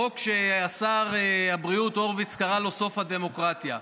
החוק ששר הבריאות הורביץ קרא לו "סוף הדמוקרטיה",